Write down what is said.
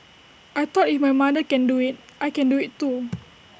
I thought if my mother can do IT I can do IT too